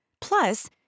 Plus